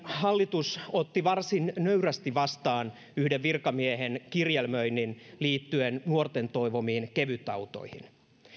hallitus otti varsin nöyrästi vastaan yhden virkamiehen kirjelmöinnin liittyen nuorten toivomiin kevytautoihin